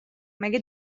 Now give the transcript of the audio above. مگه